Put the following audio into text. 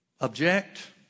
object